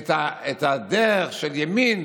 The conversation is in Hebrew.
את הדרך של ימין